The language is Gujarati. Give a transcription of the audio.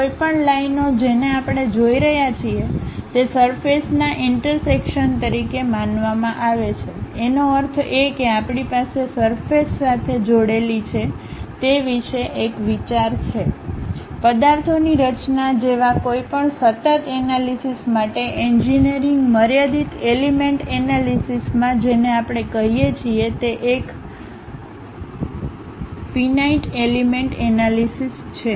કોઈપણ લાઈનઓ જેને આપણે જોઈ રહ્યા છીએ તે સરફેસના ઈન્ટરસેકશન તરીકે માનવામાં આવે છે એનો અર્થ એ કે આપણી પાસે સરફેસ સાથે જોડેલી છે તે વિશે એક વિચાર છે પદાર્થોની રચના જેવા કોઈપણ સતત એનાલિસિસ માટે એન્જિનિયરિંગ મર્યાદિત એલિમેન્ટ એનાલિસિસમાં જેને આપણે કહીએ છીએ તે એક finite એલિમેન્ટ એનાલીસીસ છે